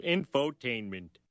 Infotainment